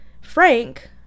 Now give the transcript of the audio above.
Frank